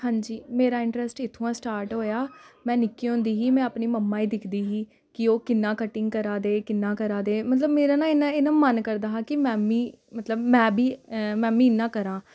हां जी मेरा इंटरस्ट इत्थुआं स्टार्ट होएआ में निक्की होंदी ही में अपनी मम्मा दिखदी ही कि ओह् कि'यां कटिंग करा दे कि'यां करा दे मतलब मेरा ना इ'यां इ'यां मन करदा हा कि में मीं मतलब में बी मैमी इन्ना करां